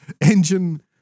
engine